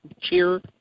cheer